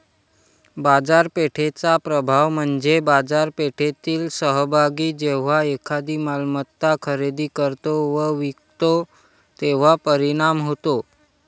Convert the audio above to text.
बाजारपेठेचा प्रभाव म्हणजे बाजारपेठेतील सहभागी जेव्हा एखादी मालमत्ता खरेदी करतो व विकतो तेव्हा परिणाम होतो